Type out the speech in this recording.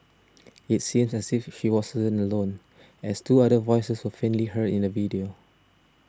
it seems as if she wasn't son alone as two other voices were faintly heard in the video